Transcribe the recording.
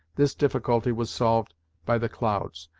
this difficulty was solved by the clouds,